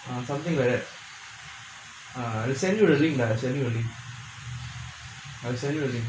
ah something like that I send you the link lah I send you the link I will send you the link